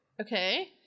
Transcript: Okay